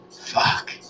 fuck